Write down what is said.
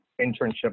internship